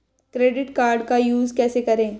Credit card का use कैसे करें?